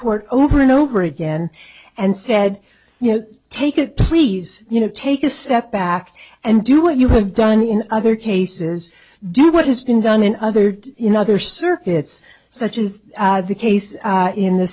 court over and over again and said you know take it please you know take a step back and do what you have done in other cases do what has been done in other in other circuits such as the case in the